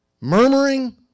Murmuring